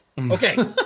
Okay